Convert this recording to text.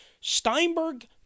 Steinberg